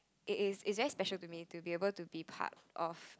it is it's very special to me to be able to be part of